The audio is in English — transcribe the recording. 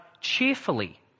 cheerfully